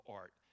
art